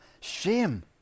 shame